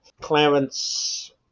Clarence